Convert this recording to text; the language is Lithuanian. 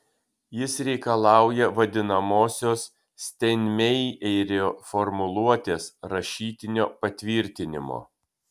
jis reikalauja vadinamosios steinmeierio formuluotės rašytinio patvirtinimo